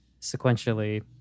sequentially